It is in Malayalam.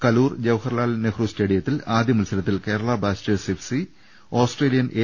കലൂർ ജവഹർലാൽ നെഹ്റു സ്റ്റേഡിയ ത്തിൽ ആദ്യ മത്സരത്തിൽ Kerala Blasters F C Australian A